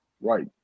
Right